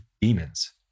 demons